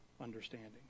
understanding